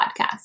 podcast